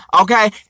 Okay